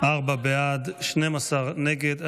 ארבעה בעד, 12 נגד.